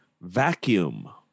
vacuum